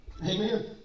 Amen